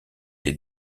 les